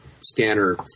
scanner